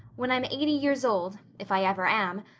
when i'm eighty years old. if i ever am.